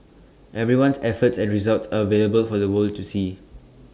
everyone's efforts and results are available for the world to see